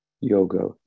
yoga